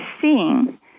seeing